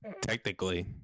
technically